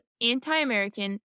anti-American